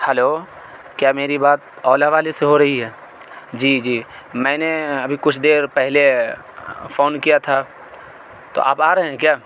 hello کیا میری بات اولا والے سے ہو رہی ہے جی جی میں نے ابھی کچھ دیر پہلے فون کیا تھا تو آپ آ رہے ہیں کیا